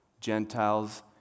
Gentiles